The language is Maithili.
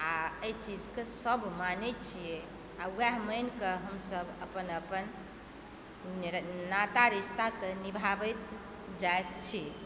आ एहि चीजके सब मानै छियै आ वएह मानि कऽ हमसब अपन अपन नाता रिश्ताके निभाबैत जायत छी